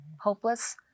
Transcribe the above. hopeless